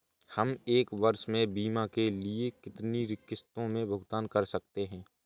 हम एक वर्ष में बीमा के लिए कितनी किश्तों में भुगतान कर सकते हैं?